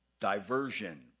diversion